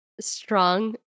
strong